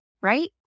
right